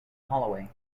holloway